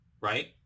right